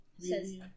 says